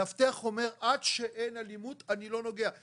מאבטח אומר: עד שאין אלימות אני לא נוגע.